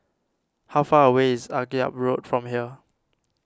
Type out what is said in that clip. how far away is Akyab Road from here